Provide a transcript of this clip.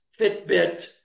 Fitbit